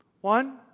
One